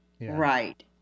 right